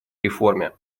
реформе